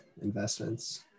investments